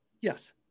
yes